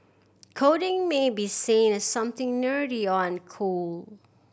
coding may be seen as something nerdy or uncool